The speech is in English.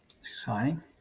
Exciting